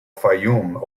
fayoum